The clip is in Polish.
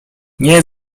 nie